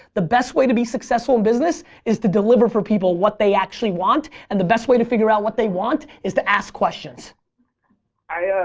the best way to be successful in business is to deliver for people what they actually want and the best way to figure out what they want is to ask questions. can i yeah